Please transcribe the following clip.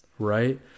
Right